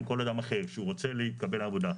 כל אדם אחר כשהוא רוצה להתקבל לעבודה.